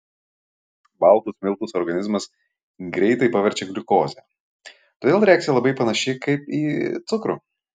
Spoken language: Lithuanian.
baltus miltus organizmas greitai paverčia gliukoze todėl reakcija labai panaši kaip į cukrų